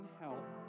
help